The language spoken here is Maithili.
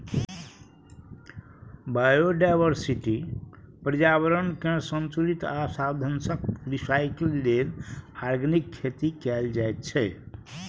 बायोडायवर्सिटी, प्रर्याबरणकेँ संतुलित आ साधंशक रिसाइकल लेल आर्गेनिक खेती कएल जाइत छै